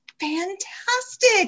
Fantastic